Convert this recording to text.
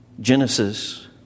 Genesis